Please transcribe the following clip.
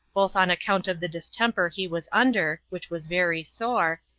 both on account of the distemper he was under, which was very sore,